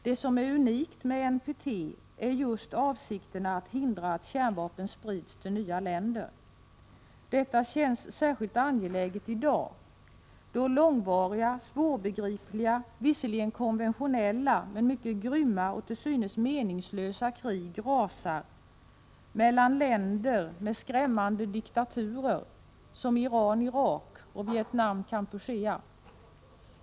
Det som är unikt med NPT är just avsikten att hindra att kärnvapen sprids till nya länder. Detta känns särskilt angeläget i dag då långvariga, svårbegripliga krig, visserligen konventionella men mycket grymma och till synes meningslösa krig rasar mellan länder som har skrämmande diktaturer som de i Iran och Irak och de i Vietnam och Kampuchea.